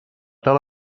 tal